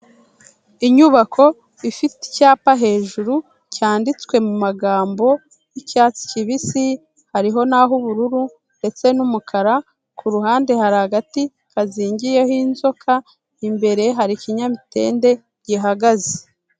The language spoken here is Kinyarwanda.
Inyubako ifite icyapa hejuru cyanditswe mu magambo y'icyatsi, kibisi hariho n'aho ubururu ndetse n'umukara, ku ruhande hari agati kazingiyeho inzoka, imbere hari ikinyamitende gihagaze.